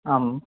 आं